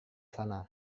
sana